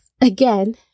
Again